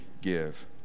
give